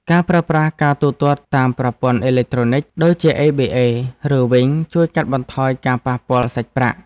ការប្រើប្រាស់ការទូទាត់តាមប្រព័ន្ធអេឡិចត្រូនិកដូចជាអេប៊ីអេ ឬវីងជួយកាត់បន្ថយការប៉ះពាល់សាច់ប្រាក់។